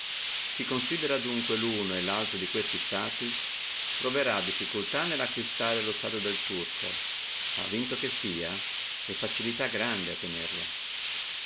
chi considera adunque luno e laltro di questi stati troverrà difficultà nello acquistare lo stato del turco ma vinto che sia facilità grande a tenerlo